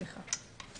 סליחה.